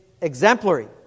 exemplary